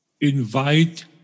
invite